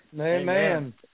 Amen